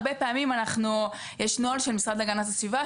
הרבה פעמים יש נוהל של משרד להגנת הסביבה,